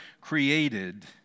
created